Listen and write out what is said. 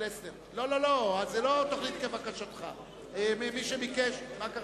חבר הכנסת מגלי, מה קרה?